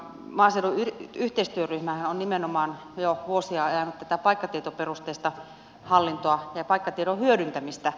maaseudun yhteistyöryhmähän on nimenomaan jo vuosia ajanut tätä paikkatietoperusteista hallintoa ja paikkatiedon hyödyntämistä